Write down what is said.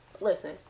Listen